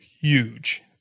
huge